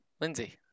Lindsay